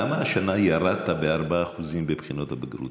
למה השנה ירדת ב-4% בבחינות הבגרות?